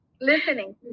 listening